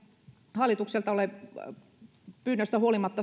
hallitukselta ole pyynnöistä huolimatta